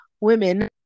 women